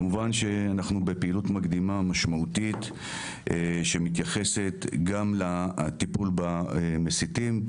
כמובן שאנחנו בפעילות מקדימה משמעותית שמתייחסת גם לטיפול במסיתים,